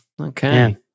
Okay